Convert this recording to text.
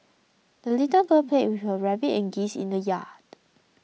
the little girl played with her rabbit and geese in the yard